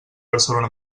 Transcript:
barcelona